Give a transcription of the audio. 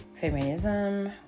feminism